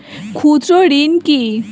ক্ষুদ্র ঋণ কি?